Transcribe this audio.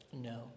No